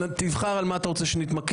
תבחר על מה אתה רוצה שנתמקד.